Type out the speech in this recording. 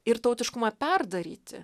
ir tautiškumą perdaryti